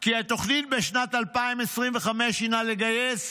כי התוכנית בשנת 2025 הינה לגייס